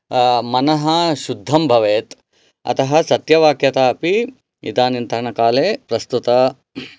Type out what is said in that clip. मनः शुद्धं भवेत् अतः सत्यवाक्यता अपि इदानींतनकाले प्रस्तुता